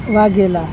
Vaghela